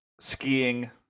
skiing